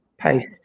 Post